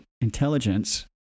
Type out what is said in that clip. intelligence